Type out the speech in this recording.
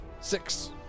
six